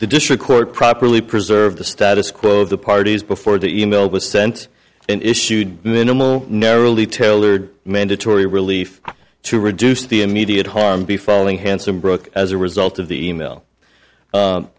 the district court properly preserve the status quo of the parties before the e mail was sent and issued minimal narrowly tailored mandatory relief to reduce the immediate harm be filing handsome broke as a result of the email